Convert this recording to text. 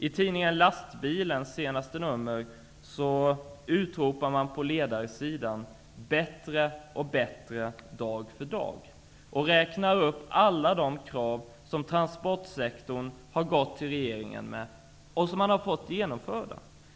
I det senaste numret av tidningen Lastbilen utropas det på ledarsidan: Bättre och bättre dag för dag! Man räknar upp alla de krav som transportsektorn har ställt till regeringen och fått genomförda.